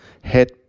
head